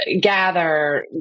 gather